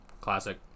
Classic